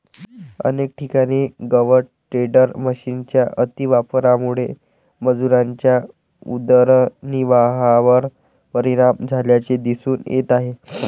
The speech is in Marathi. अनेक ठिकाणी गवत टेडर मशिनच्या अतिवापरामुळे मजुरांच्या उदरनिर्वाहावर परिणाम झाल्याचे दिसून येत आहे